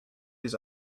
his